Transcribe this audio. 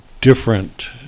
different